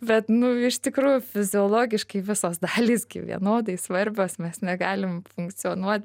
bet nu iš tikrųjų fiziologiškai visos dalys vienodai svarbios mes negalim funkcionuot